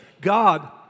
God